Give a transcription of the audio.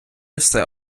все